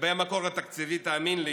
לגבי המקור התקציבי, תאמין לי